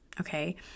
okay